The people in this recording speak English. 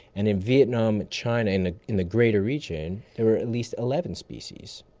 and in vietnam and china, in ah in the greater region, there were at least eleven species.